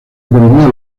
economía